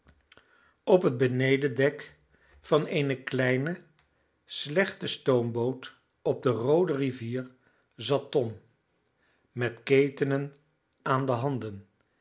op het benedendek van eene kleine slechte stoomboot op de roode rivier zat tom met ketenen aan de handen